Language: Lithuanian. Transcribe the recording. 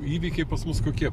įvykiai pas mus kokie